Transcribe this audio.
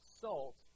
Salt